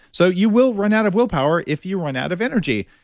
so you will run out of willpower if you run out of energy.